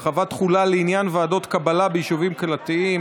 (הרחבת תחולה לעניין ועדות קבלת ביישובים קהילתיים),